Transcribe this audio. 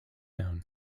town